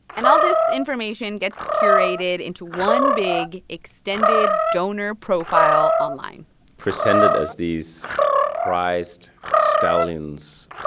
and all this information gets curated into one big, extended donor profile online presented as these prized stallions.